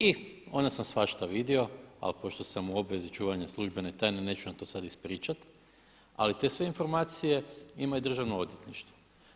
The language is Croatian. I onda sam svašta vidio, ali pošto sam u obvezi čuvanja službene tajne neću vam to sada ispričati, ali te sve informacije ima i Državno odvjetništvo.